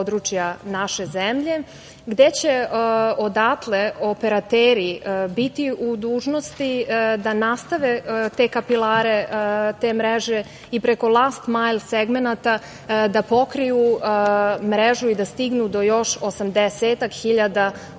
naše zemlje gde će odatle operateri biti u dužnosti da nastave te kapilare, te mreže i preko „last mile“ segmenata da pokriju mrežu i da stignu do još osamdesetak